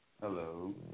Hello